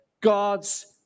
God's